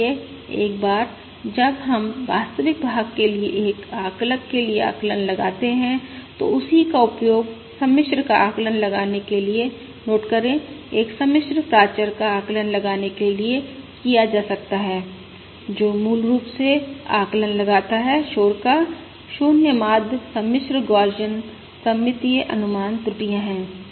इसलिए एक बार जब हम वास्तविक भाग के लिए एक आकलक के लिए आकलन लगाते हैं तो उसी का उपयोग सम्मिश्र का आकलन लगाने के लिए नोट करे एक सम्मिश्र प्राचर का आकलन लगाने के लिए किया जा सकता है जो मूल रूप से आकलन लगाता है शोर का 0 माध्य सम्मिश्र गौसियन सममितीय अनुमान त्रुटियां है